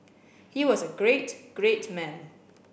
he was a great great man